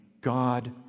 God